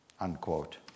unquote